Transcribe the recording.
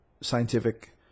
scientific